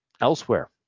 elsewhere